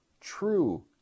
true